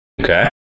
okay